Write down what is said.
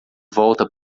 volta